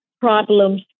problems